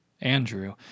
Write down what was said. Andrew